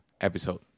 episode